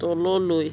তললৈ